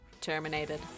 terminated